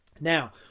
Now